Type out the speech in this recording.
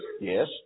Yes